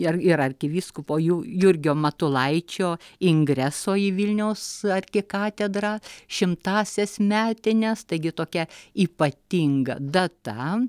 ir ir arkivyskupo jur jurgio matulaičio ingreso į vilniaus arkikatedrą šimtąsias metines taigi tokia ypatinga data